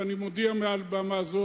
ואני מודיע מעל במה זו,